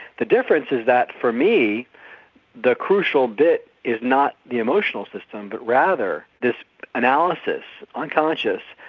the difference is that for me the crucial bit is not the emotional system but rather this analysis, unconscious,